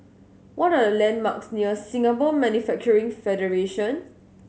what are the landmarks near Singapore Manufacturing Federation